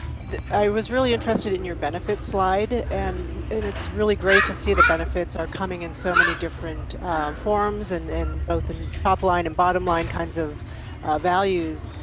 i was really interested in your benefits slide. and and it's really great to see the benefits are coming in so many different forms, and and both in top line and bottom line kinds of values.